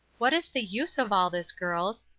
what is the use of all this, girls?